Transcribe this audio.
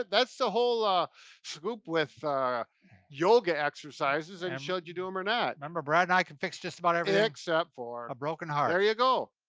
that's the whole ah scoop with yoga exercises and should you do em or not. remember, brad and i can fix just about everything, except for a broken heart. there you go.